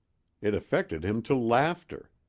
it affected him to laughter.